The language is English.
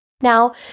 Now